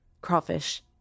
Crawfish